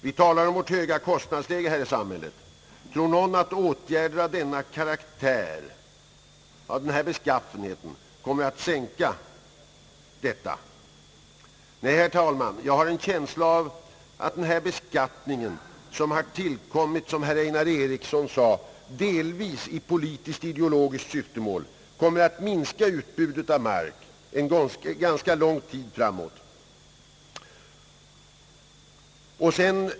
Vi talar om vårt höga kostnadsläge här i samhället. Tror någon att åtgärder av denna karaktär kommer att sänka detta? Nej, herr talman, jag har en känsla av att denna beskattning, som har tillkommit, som herr Einar Eriks son sade, delvis i politiskt-ideologiskt syfte, minskar utbudet av mark för lång tid.